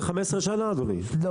לא,